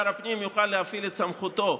שר הפנים יוכל להפעיל את סמכותו,